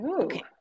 Okay